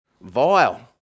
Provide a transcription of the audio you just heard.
Vile